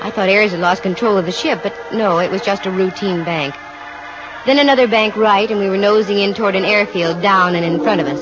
i thought aries and lost control of the ship but no it was just a routine bank then another bank right in we were nosing into order airfield down in front of